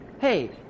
Hey